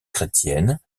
chrétiennes